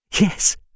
Yes